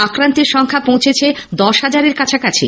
আক্রান্তের সংখ্যা পৌছেছে দশ হাজারের কাছাকাছি